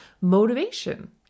motivation